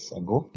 ago